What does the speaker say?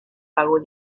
pago